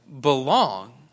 belong